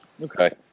Okay